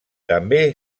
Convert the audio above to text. també